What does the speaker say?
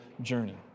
journey